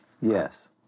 Yes